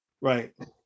Right